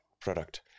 product